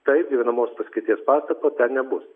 taip gyvenamos paskirties pastato ten nebus